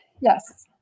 Yes